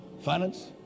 Finance